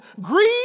greed